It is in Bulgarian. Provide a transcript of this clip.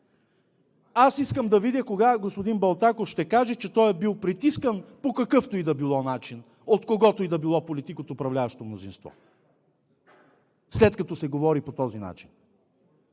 Аз искам да видя кога господин Балтаков ще каже, че той е бил притискан по какъвто и да било начин, от когото и да било политик от управляващото мнозинство, след като се говори по този начин?